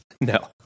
No